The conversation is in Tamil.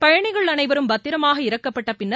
பயணிகள் அனைவரும் பத்திரமாக இறக்கப்பட்ட பின்னர்